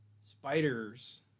spiders